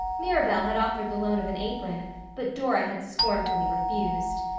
mirabel had offered the loan of an apron but dora had scornfully refused.